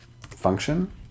function